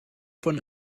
von